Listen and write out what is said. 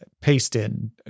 paste-in